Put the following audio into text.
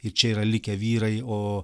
ir čia yra likę vyrai o